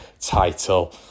title